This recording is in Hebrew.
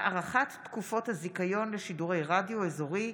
הארכת תקופות הזיכיון לשידורי רדיו אזורי),